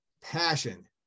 passion